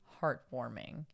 heartwarming